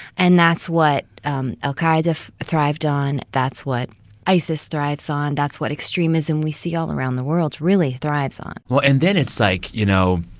and that's what um al-qaida thrived on. that's what isis thrives on. that's what extremism we see all around the world really thrives on well, and then it's like you know,